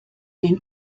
den